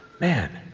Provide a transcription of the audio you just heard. man,